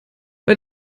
bei